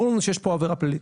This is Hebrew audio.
ברור לנו שיש פה עבירה פלילית.